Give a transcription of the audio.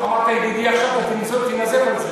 אל תהיה בטוח.